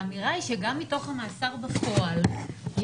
הקול הזה חייב להיות צלול,